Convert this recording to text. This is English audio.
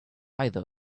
either